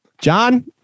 John